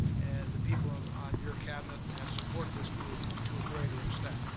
and the people on your cabinet have supported this group to a greater extent.